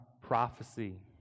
prophecy